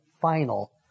final